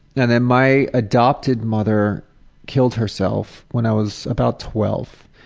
and then my adopted mother killed herself when i was about twelve.